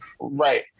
right